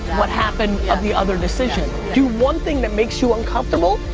what happened of the other decision. do one thing that makes you uncomfortable,